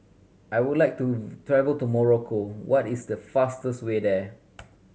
I would like to travel to Morocco what is the fastest way there